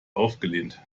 aufgelehnt